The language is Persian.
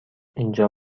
اینجا